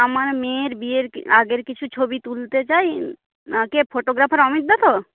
আমার মেয়ের বিয়ের আগের কিছু ছবি তুলতে চাই না কে ফটোগ্রাফার অমিতদা তো